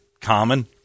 common